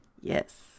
Yes